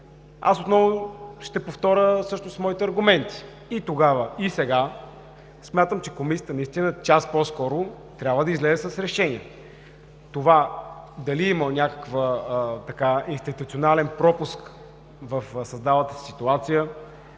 отново ще повторя моите аргументи. И тогава, и сега смятам, че Комисията наистина час по-скоро трябва да излезе с решение. Това дали е имала някакъв институционален пропуск в създалата се ситуация,